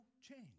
change